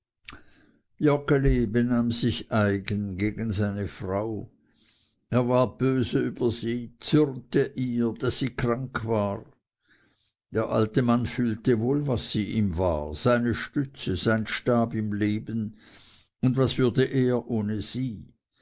benahm sich eigen gegen seine frau er war böse über sie zürnte ihr daß sie krank war der alte mann fühlte wohl was sie ihm war seine stütze sein stab im leben und was er würde ohne sie